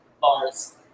bars